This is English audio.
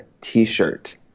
t-shirt